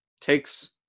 takes